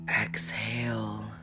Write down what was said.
exhale